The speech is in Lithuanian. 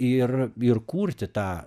ir ir kurti tą